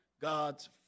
God's